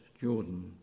Jordan